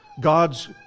God's